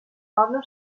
pablo